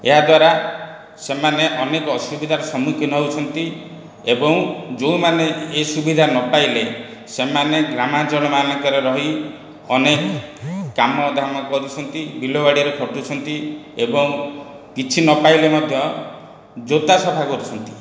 ଏହା ଦ୍ୱାରା ସେମାନେ ଅନେକ ଅସୁବିଧାର ସମ୍ମୁଖୀନ ହେଉଛନ୍ତି ଏବଂ ଯେଉଁମାନେ ଏ ସୁବିଧା ନ ପାଇଲେ ସେମାନେ ଗ୍ରାମାଞ୍ଚଳ ମାନଙ୍କରେ ରହି ଅନେକ କାମଦାମ କରୁଛନ୍ତି ବିଲାବାଡ଼ିରେ ଖଟୁଛନ୍ତି ଏବଂ କିଛି ନ ପାଇଲେ ମଧ୍ୟ ଜୋତା ସଫା କରୁଛନ୍ତି